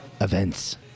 events